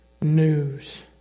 news